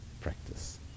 practice